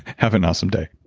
have an awesome day